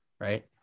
right